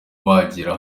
wagera